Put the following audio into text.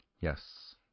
Yes